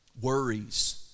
Worries